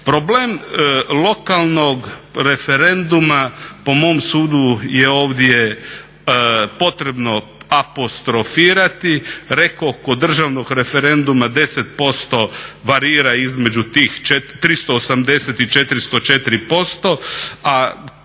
Problem lokalnog referenduma po mom sudu je ovdje potrebno apostrofirati. Rekoh kod državnog referenduma 10% varira između tih 380 i 404%, a kod